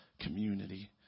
community